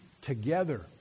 together